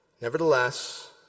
Nevertheless